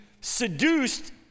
seduced